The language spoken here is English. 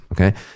okay